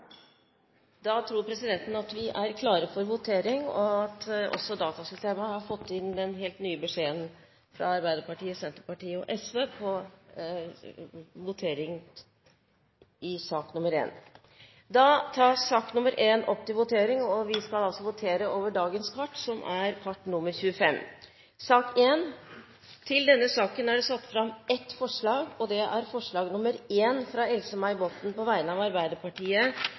Da tror presidenten at vi er klare for votering, og at også datasystemet har fått inn den helt nye beskjeden fra Arbeiderpartiet, Senterpartiet og SV om voteringen i sak nr. 1. Under debatten har Else-May Botten satt fram ett forslag, forslag nr. 1, på vegne av Arbeiderpartiet